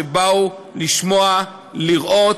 שבאו לשמוע, לראות,